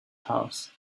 house